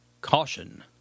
Caution